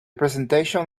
presentation